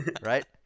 right